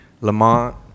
Lamont